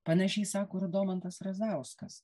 panašiai sako ir domantas razauskas